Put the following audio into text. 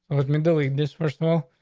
um and like this first of all,